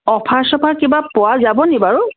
offer চফাৰ কিবা পোৱা যাবনি বাৰু